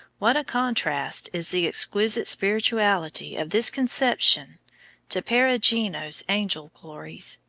what a contrast is the exquisite spirituality of this conception to perugino's angel glories,